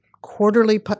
Quarterly